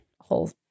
whole